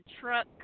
truck